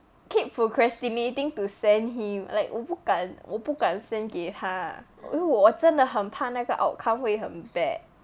keep procrastinating to send him like 我不敢我不敢 send 给他因为我真的很怕那个 outcome 会很 bad